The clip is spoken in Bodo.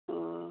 अ